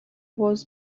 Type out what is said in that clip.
was